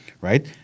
right